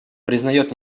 признает